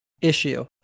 issue